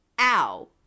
ow